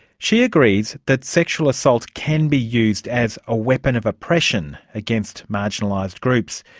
she agrees that sexual assault can be used as a weapon of oppression against marginalised groups.